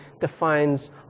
defines